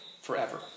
forever